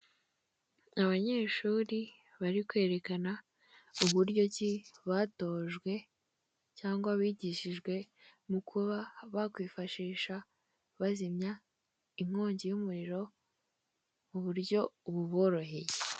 Abanyeshuri bari kwerekana uburyo ki batojwe, cyangwa bigishijwe mu kuba bakwifashisha bazimya inkongi y'umuriro ku buryo buboroheye.